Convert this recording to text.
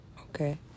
okay